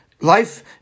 Life